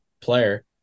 player